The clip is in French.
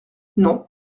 non